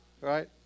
right